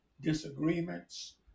disagreements